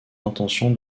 intention